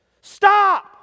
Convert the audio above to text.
Stop